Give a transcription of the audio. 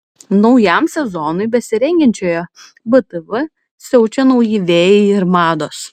naujam sezonui besirengiančioje btv siaučia nauji vėjai ir mados